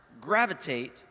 gravitate